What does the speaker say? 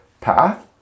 path